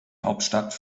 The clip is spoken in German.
hauptstadt